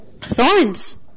Thorns